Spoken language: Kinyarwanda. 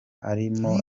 arimo